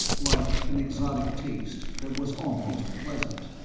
like an exotic taste, that was almost pleasant.